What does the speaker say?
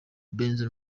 benzo